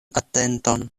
atenton